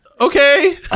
Okay